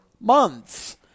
months